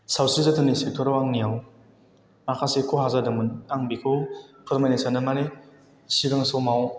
सावस्रि जोथोननि सेक्टराव आंनियाव माखासे खहा जादोंमोन आं बेखौ फोरमायनो सान्दों माने सिगां समाव